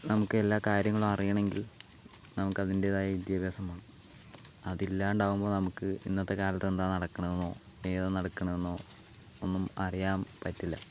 നമുക്കെല്ലാ കാര്യങ്ങളും അറിയണമെങ്കിൽ നമുക്ക് അതിന്റേതായ വിദ്യാഭ്യാസം വേണം അതില്ലാണ്ട് ആവുമ്പോൾ നമുക്ക് ഇന്നത്തെ കാലത്ത് എന്താ നടക്കണതെന്നോ ഏതാ നടക്കണതെന്നോ ഒന്നും അറിയാൻ പറ്റില്ല